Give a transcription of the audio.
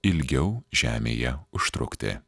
ilgiau žemėje užtrukti